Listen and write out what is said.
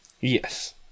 Yes